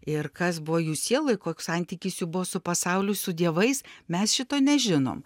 ir kas buvo jų sieloj koks santykis jų buvo su pasauliu su dievais mes šito nežinom